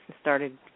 started